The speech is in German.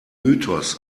mythos